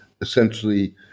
essentially